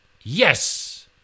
Yes